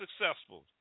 successful